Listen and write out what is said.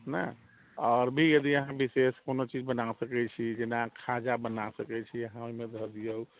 नहि आओर भी अहाँ यदि कोनो विशेष चीज बना सकै छी जेना खाजा बना सकै छी अहाँ ओहिमे दऽ दिऔ